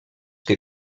que